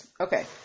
okay